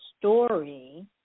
story